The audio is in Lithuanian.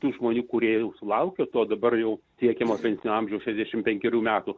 tų žmonių kurie jau sulaukė to dabar jau tiekiamo pensinio amžiaus šešiasdešim penkerių metų